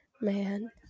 man